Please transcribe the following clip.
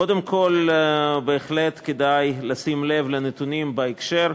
קודם כול, בהחלט כדאי לשים לב לנתונים בהקשר,